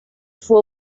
fue